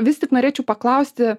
vis tik norėčiau paklausti